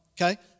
okay